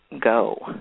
go